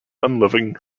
unloving